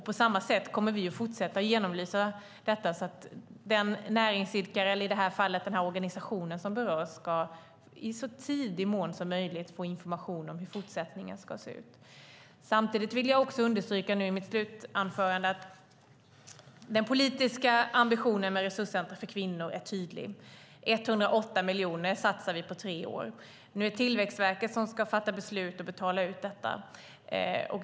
På samma sätt kommer vi att fortsätta genomlysa detta så att den näringsidkare eller i det här fallet den organisation som berörs i så tidig mån som möjligt ska få information om hur fortsättningen ska se ut. Samtidigt vill jag nu i mitt slutanförande understryka att den politiska ambitionen med resurscentrum för kvinnor är tydlig. 108 miljoner satsar vi på tre år. Det är Tillväxtverket som ska fatta beslut och betala ut detta.